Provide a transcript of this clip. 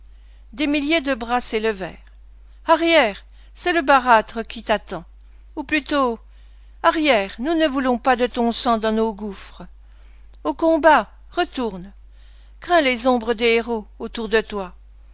des milliers de bras s'élevèrent arrière c'est le barathre qui t'attend ou plutôt arrière nous ne voulons pas de ton sang dans nos gouffres au combat retourne crains les ombres des héros autour de toi